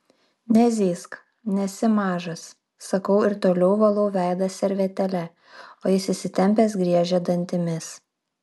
nezyzk nesi mažas sakau ir toliau valau veidą servetėle o jis įsitempęs griežia dantimis